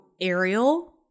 Ariel